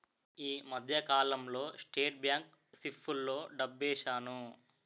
ఈ మధ్యకాలంలో State Bank సిప్పుల్లో డబ్బేశాను